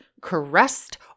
caressed